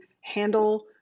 handle